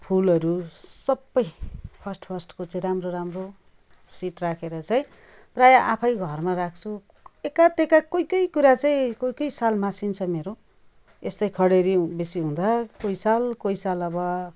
फुलहरू सबै फर्स्ट फर्स्टको चाहिँ राम्रो राम्रो सिड राखेर चाहिँ प्रायः आफै घरमा राख्छु एकातेका कोही कोही कुरा चाहिँ कोही कोही साल मासिन्छ मेरो यस्तै खडेरी बेसी हुँदा कोही साल अब